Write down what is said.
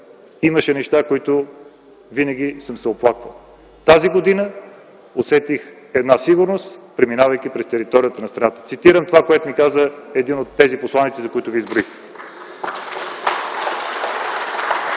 имаше неща, от които винаги съм се оплаквал. Тази година усетих сигурност, преминавайки през територията на страната”. Цитирам казаното от един от посланиците, които Ви изброих.